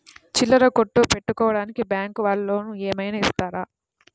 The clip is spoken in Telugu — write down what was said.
చిల్లర కొట్టు పెట్టుకోడానికి బ్యాంకు వాళ్ళు లోన్ ఏమైనా ఇస్తారా?